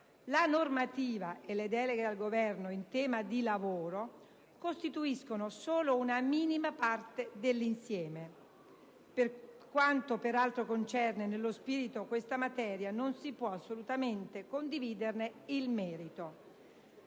la normativa e le deleghe al Governo in tema di lavoro costituiscono solo una minima parte dell'insieme. Per quanto peraltro concerne nello specifico questa materia, non si può assolutamente condividerne il merito.